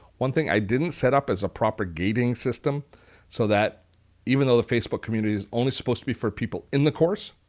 one thing i didn't set up is a proper gating system so that even though the facebook community is only supposed to be for people in the course,